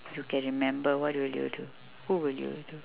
you can remember what would you do who would you do